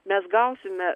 mes gausime